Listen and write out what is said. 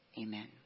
amen